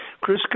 Chris